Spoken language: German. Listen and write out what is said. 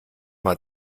mal